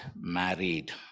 married